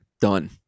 done